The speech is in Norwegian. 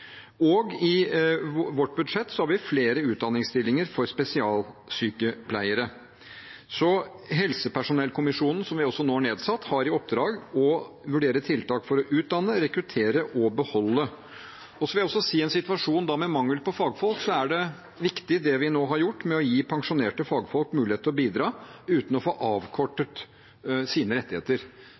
I vårt budsjett har vi også flere utdanningsstillinger for spesialsykepleiere. Helsepersonellkommisjonen, som vi nå har nedsatt, har i oppdrag å vurdere tiltak for å utdanne, rekruttere og beholde. Jeg vil også si, i en situasjon med mangel på fagfolk, er det viktig, det vi nå har gjort, med å gi pensjonerte fagfolk mulighet til å bidra uten å få avkortet sine rettigheter.